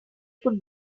could